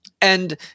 and-